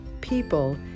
people